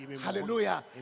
Hallelujah